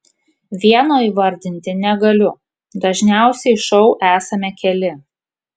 vieno įvardinti negaliu dažniausiai šou esame keli